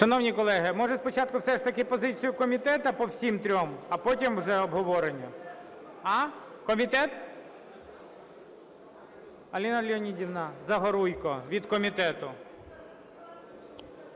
Шановні колеги, може спочатку все ж таки позицію комітету по всіх трьох, а потім вже обговорення? А? Комітет? Аліна Леонідівна Загоруйко від комітету.